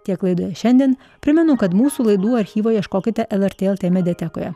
tiek laidoje šiandien primenu kad mūsų laidų archyvo ieškokite lrt lt mediatekoje